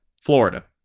Florida